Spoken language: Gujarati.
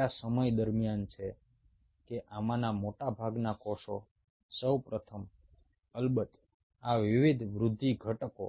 તે આ સમય દરમિયાન છે કે આમાંના મોટાભાગના કોષો સૌ પ્રથમ અલબત્ત આ વિવિધ વૃદ્ધિ ઘટકો